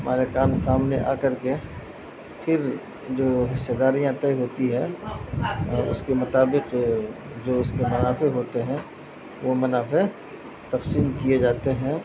ہمارے کام سامنے آ کر کے پھر جو حصہ داریاں طے ہوتی ہیں اور اس کے مطابق جو اس کے منافع ہوتے ہیں وہ منافع تقسیم کیے جاتے ہیں